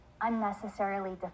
unnecessarily